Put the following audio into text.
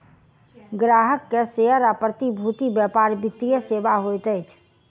ग्राहक के शेयर आ प्रतिभूति व्यापार वित्तीय सेवा होइत अछि